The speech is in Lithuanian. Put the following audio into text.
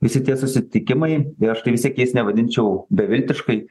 visi tie susitikimai ir aš tai vis tiek jais nevadinčiau beviltiškai